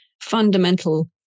fundamental